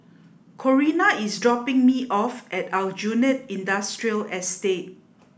Corina is dropping me off at Aljunied Industrial Estate